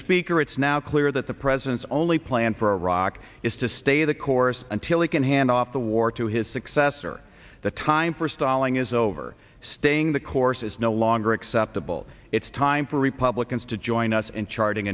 speaker it's now clear that the president's only plan for iraq is to stay the course until we can hand off the war to his successor the time for stalling is over staying the course is no longer acceptable it's time for republicans to join us in charting